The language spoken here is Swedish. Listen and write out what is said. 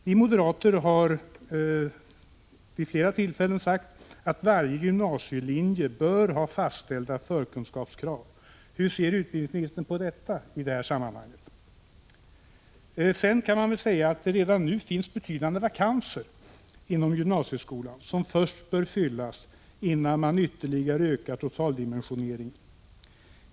Vi moderater har vid flera tillfällen sagt att varje gymnasielinje bör ha fastställda förkunskapskrav. Hur ser utbildningsministern på detta? Det finns redan nu betydande vakanser inom gymnasieskolan som först bör fyllas innan totaldimensioneringen ytterligare ökas.